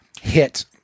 hit